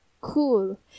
cool